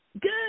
good